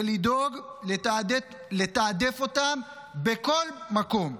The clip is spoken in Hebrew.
ולדאוג לתעדף אותם בכל מקום.